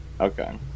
Okay